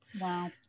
Wow